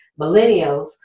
Millennials